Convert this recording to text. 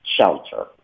shelter